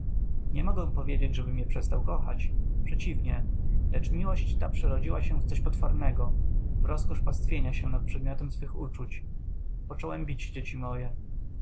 nie mogę powiedzieć żebym je przestał kochać przeciwnie lecz miłość ta przerodziła się w coś potwornego w rozkosz pastwienia się nad przedmiotem swych uczuć począłem bić dzieci moje